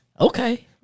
Okay